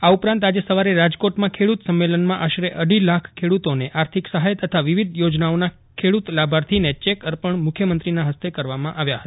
આ ઉપરાંત આજે સવારે રાજકોટમાં ખેડૂત સંમેલનમાં આશરે અઢી લાખ ખેડૂતોને આર્થિક સહાય તથા વિવિધ યોજનાઓના ખેડૂત લાભાર્થીને ચેક અર્પજ્ઞ મુખ્યમંત્રીના હસ્તે કરવામાં આવ્યા હતા